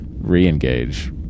re-engage